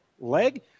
leg